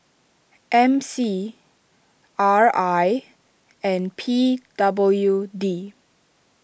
M C R I and P W D